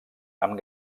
amb